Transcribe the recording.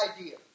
idea